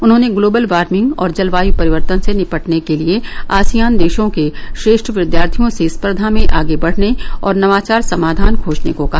उन्होंने global warming और जलवायु परिवर्तन से निपटने के लिए आसियान देशों के श्रेष्ठ विद्यार्थियों से स्पर्धा में आगे बढ़ने और नवाचार समाधान खोजने को कहा